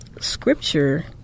scripture